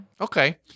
Okay